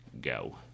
Go